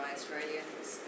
Australians